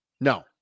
no